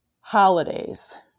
holidays